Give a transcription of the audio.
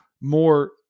more